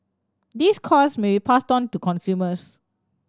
these costs may be passed on to consumers